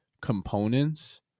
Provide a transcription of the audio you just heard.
components